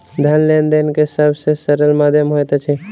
धन लेन देन के सब से सरल माध्यम होइत अछि